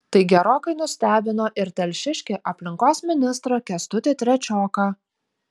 tai gerokai nustebino ir telšiškį aplinkos ministrą kęstutį trečioką